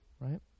right